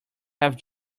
have